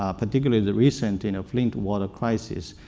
ah particularly the recent you know flint water crisis.